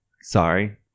Sorry